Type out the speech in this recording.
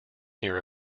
near